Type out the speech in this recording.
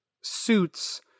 suits